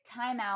timeout